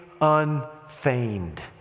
unfeigned